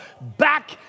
back